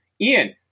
Ian